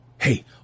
Hey